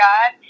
God